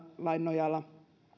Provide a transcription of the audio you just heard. lain nojalla